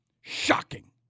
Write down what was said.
Shocking